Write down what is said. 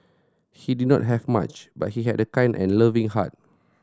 he did not have much but he had a kind and loving heart